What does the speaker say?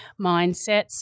mindsets